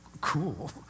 cool